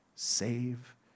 Save